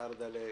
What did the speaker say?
דרדלה,